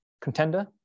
Contender